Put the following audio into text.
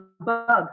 bug